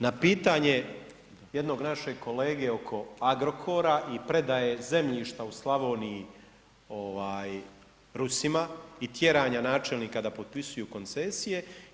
Na pitanje jednog našeg kolege oko Agrokora i predaje zemljišta u Slavoniji Rusima i tjeranja načelnika da potpisuju koncesije.